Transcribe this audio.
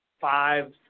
five